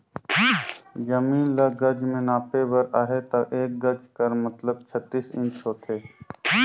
जमीन ल गज में नापे बर अहे ता एक गज कर मतलब छत्तीस इंच होथे